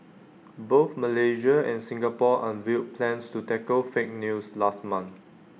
both Malaysia and Singapore unveiled plans to tackle fake news last month